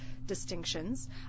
distinctions